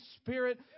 Spirit